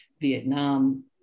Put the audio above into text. Vietnam